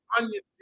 onion